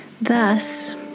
Thus